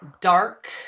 dark